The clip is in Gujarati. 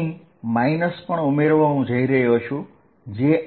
અહીં a0 છે તેથી